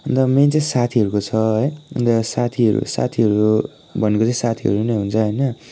अन्त मेन चाहिँ साथीहरूको छ है अन्त साथीहरू साथीहरू भनेको चाहिँ साथीहरू नै हुन्छ होइन